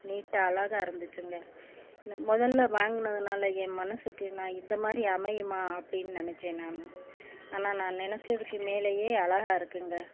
நீட்டாக அழகாக இருந்துச்சுங்க இந்த முதல்ல வாங்கினதுனால என் மனதுக்கு நான் இந்த மாதிரி அமையுமா அப்படின்னு நினச்சேன் நான் ஆனால் நான் நினச்சதுக்கு மேலே அழகா இருக்குங்க